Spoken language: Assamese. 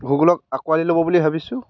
গুগলক আঁকোৱালি ল'ব বুলি ভাবিছোঁ